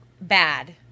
bad